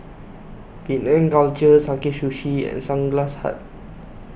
Penang Culture Sakae Sushi and Sunglass Hut